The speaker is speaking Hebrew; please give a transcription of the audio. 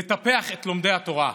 לטפח את לומדי התורה.